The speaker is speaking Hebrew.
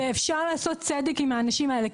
ואפשר לעשות צדק עם האנשים האלה.